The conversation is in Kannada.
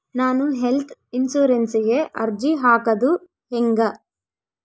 ನಾನು ಹೆಲ್ತ್ ಇನ್ಸುರೆನ್ಸಿಗೆ ಅರ್ಜಿ ಹಾಕದು ಹೆಂಗ?